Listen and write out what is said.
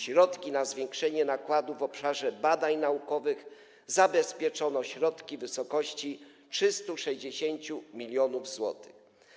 Środki na zwiększenie nakładów w obszarze badań naukowych zabezpieczono środki w wysokości 360 mln zł.